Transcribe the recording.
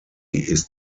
ist